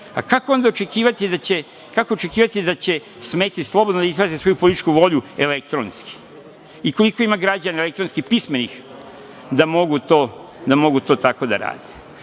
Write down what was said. Kako onda očekivati da će smeti slobodno da izrazi svoju političku volju elektronski i koliko građana je elektronski pismeno da mogu to tako da